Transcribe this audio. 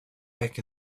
back